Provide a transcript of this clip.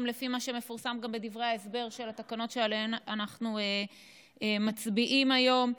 לפי מה שמפורסם גם בדברי ההסבר של התקנות שעליהן אנחנו מצביעים היום,